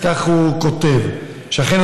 וכך הוא כותב: אכן,